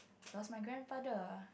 lost my grandfather